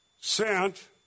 sent